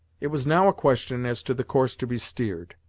it was now a question as to the course to be steered.